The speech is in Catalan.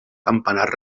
campanar